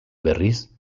berriz